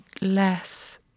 less